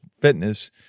fitness